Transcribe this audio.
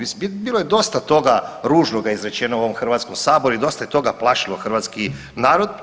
Mislim bilo je dosta toga ružnoga izrečeno u ovom Hrvatskom saboru i dosta je toga plašilo hrvatski narod.